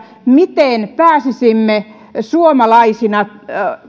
miten pääsisimme suomalaisina